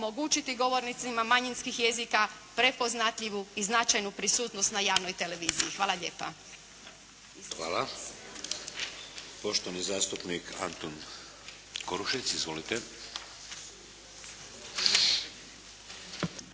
omogućiti govornicima manjinskih jezika prepoznatljivu i značajnu prisutnost na javnoj televiziji. Hvala lijepa. **Šeks, Vladimir (HDZ)** Hvala. Poštovani zastupnik Antun Korušec. Izvolite.